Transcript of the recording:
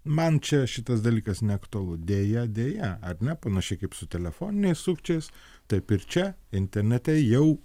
man čia šitas dalykas neaktualu deja deja ar ne panašiai kaip su telefoniniais sukčiais taip ir čia internete jau